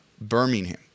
Birmingham